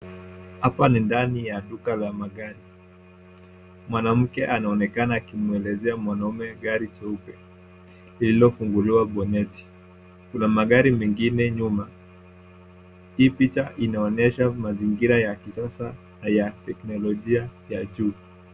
Hapa ni ndani ya duka la magari mwanamke anaonekana akimuelezea mwanaume gari cheupe lililofunguliwa boneti, kuna magari mengine nyuma hii picha inaonesha mazingira ya kisasa na ya teknolojia ya juu.